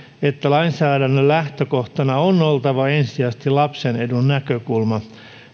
että lainsäädännön lähtökohtana on oltava ensisijaisesti lapsen edun näkökulma